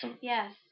Yes